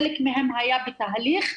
חלק מהם היה בתהליך.